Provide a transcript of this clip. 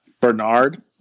Bernard